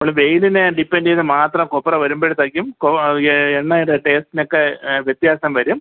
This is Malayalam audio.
നമ്മൾ വെയിലിനെ ഡിപ്പെൻഡ് ചെയ്ത് മാത്രം കൊപ്ര വരുമ്പോഴത്തേക്കും കൊ എ എണ്ണയുടെ ടേസ്റ്റിനൊക്കെ വ്യത്യാസം വരും